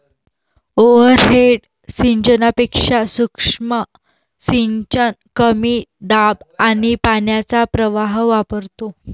overhead सिंचनापेक्षा सूक्ष्म सिंचन कमी दाब आणि पाण्याचा प्रवाह वापरतो